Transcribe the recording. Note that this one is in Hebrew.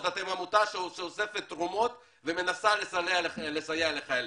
אתם עמותה שאוספת תרומות ומנסה לסייע לחיילים?